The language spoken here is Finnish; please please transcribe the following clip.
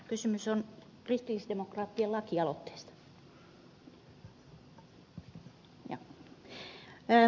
kysymys on kristillisdemokraattien lakialoitteesta